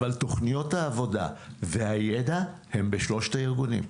אבל תכניות העבודה והידע הם בשלושת הארגונים,